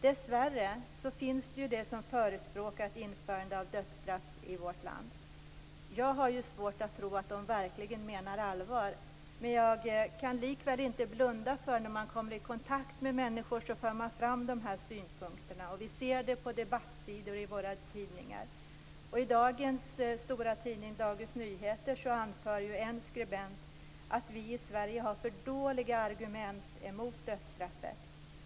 Dessvärre finns det ju de som förespråkar ett införande av dödsstraff i vårt land. Jag har svårt att tro att de verkligen menar allvar. Men jag kan likväl inte blunda för att man för fram de här synpunkterna, och vi ser det på debattsidor i våra tidningar. I dagens Dagens Nyheter anför ju en skribent att vi i Sverige har för dåliga argument emot dödsstraffet.